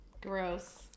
Gross